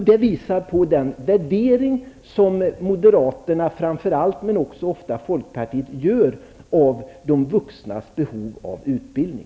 Det visar hur framför allt moderaterna, men ofta också folkpartiet, värderar de vuxnas behov av utbildning.